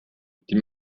die